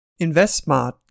InvestSmart